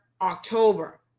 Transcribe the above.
October